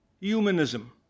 humanism